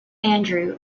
andrew